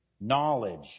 knowledge